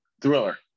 Thriller